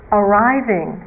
arriving